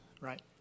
right